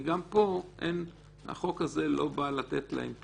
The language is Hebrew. וגם פה החוק הזה לא בא לתת להם פתרון.